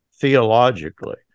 theologically